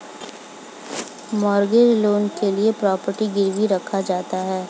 mortgage loan के लिए property गिरवी रखा जाता है